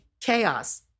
chaos